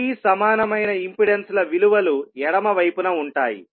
T సమానమైన ఇంపెడెన్స్ల విలువలు ఎడమ వైపున ఉంటాయి